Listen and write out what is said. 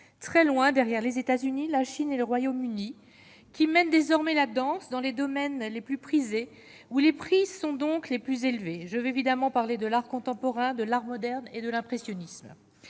très loin derrière les États-Unis, la Chine et le Royaume-Uni, qui mène désormais la danse dans les domaines les plus prisées, où les prix sont donc les plus élevés, je veux évidemment parler de l'art contemporain, de l'art moderne et de l'impressionnisme